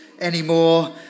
anymore